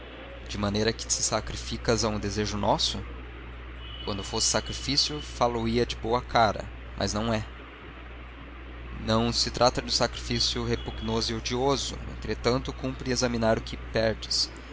de maneira que te sacrificas a um desejo nosso quando fosse sacrifício fá lo ia de boa cara mas não é não se trata de um sacrifício repugnante e odioso entretanto cumpre examinar o que perdes